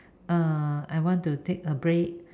uh I want to take a break